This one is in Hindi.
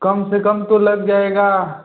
कम से कम तो लग जाएगा